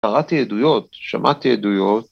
‫קראתי עדויות, שמעתי עדויות.